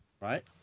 right